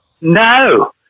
No